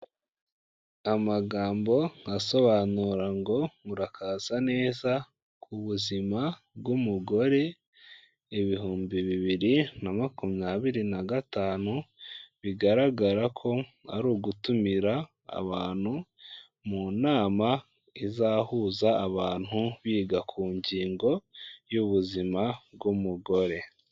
Amagambo asobanura ngo murakaza neza ku buzima bw'umugore, ibihumbi bibiri na makumyabiri na gatanu, bigaragara ko ari ugutumira abantu mu nama izahuza abantu biga ku ngingo y'ubuzima bw'umugore.